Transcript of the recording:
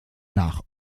nach